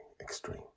extreme